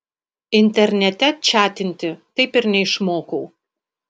internete čatinti taip ir neišmokau